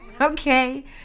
Okay